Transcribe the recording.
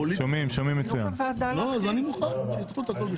הוא כסף ציבורי.